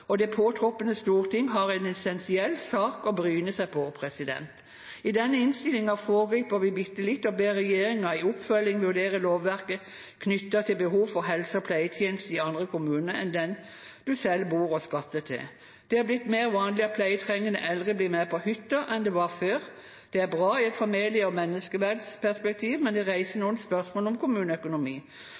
og det påtroppende storting har en essensiell sak å bryne seg på. I denne innstillingen ber vi regjeringen i oppfølgingen om å vurdere lovverket knyttet til behovet for helse- og pleietjenester i andre kommuner enn den man selv bor i og skatter til. Det er blitt mer vanlig at pleietrengende eldre blir med på hytta enn før. Det er bra i et familie- og menneskeverdperspektiv, men reiser noen spørsmål om kommuneøkonomi.